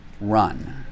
Run